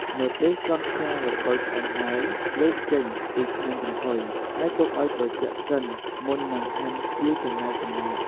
នៅពេលសង់ខ្យាល្ពៅឆ្អិនហើយ លើកចេញពីឆ្នាំងចំហុយ ហើយទុកឲ្យត្រជាក់សិនមុននឹងហាន់ជាចំណែកៗ។